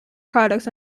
products